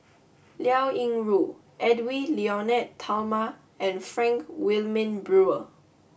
Liao Yingru Edwy Lyonet Talma and Frank Wilmin Brewer